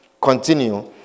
continue